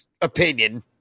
opinion